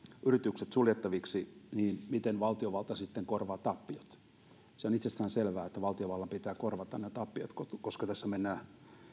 yritykset suljettaviksi niin miten valtiovalta sitten korvaa tappiot on itsestäänselvää että valtiovallan pitää korvata nämä tappiot koska tässä mennään